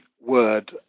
word